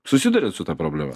susiduriat su ta problema